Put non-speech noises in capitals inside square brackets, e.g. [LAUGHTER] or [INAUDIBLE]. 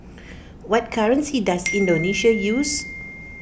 what currency does [NOISE] Indonesia use